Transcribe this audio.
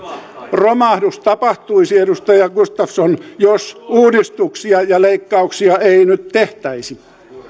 romahdus tapahtuisi edustaja gustafsson jos uudistuksia ja leikkauksia ei nyt tehtäisi